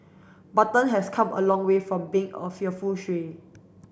button has come a long way from being a fearful stray